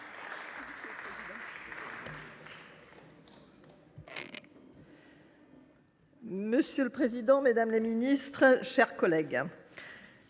Monsieur le président, mesdames les ministres, mes chers collègues,